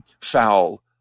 foul